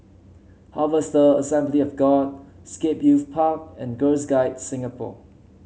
Harvester Assembly of God Scape Youth Park and Girls Guides Singapore